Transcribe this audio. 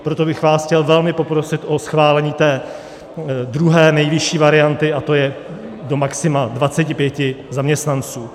Proto bych vás chtěl velmi poprosit o schválení té druhé nejvyšší varianty, to je do maxima 25 zaměstnanců.